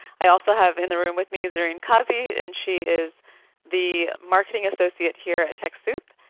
i also have in the room with me zerreen kazi and she is the marketing associate here at techsoup.